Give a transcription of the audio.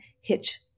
hitch